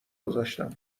گذاشتم